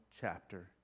chapter